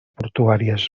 portuàries